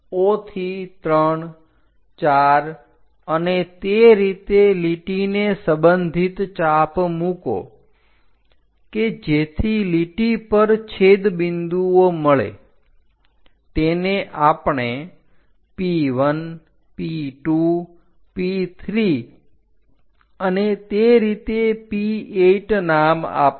O થી 3 4 અને તે રીતે લીટીને સંબધિત ચાપ મૂકો કે જેથી લીટી પર છેદ બિંદુઓ મળે તેને આપણે P1P2P3 અને તે રીતે P8 નામ આપો